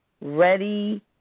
ready